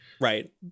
Right